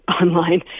online